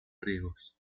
riegos